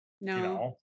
No